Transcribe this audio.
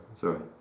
Sorry